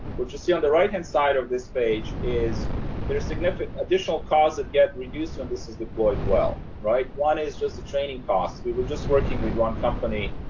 which you see on the right hand side of this page is there a significant additional cause that get reduced on this is deployed well. one is just the training costs. we were just working with one company.